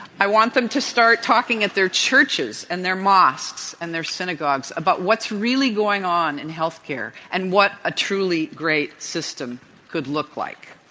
i want them to start talking at their churches and their mosques and their synagogues about what's really going on in health care and what a truly great system could look like.